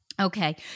Okay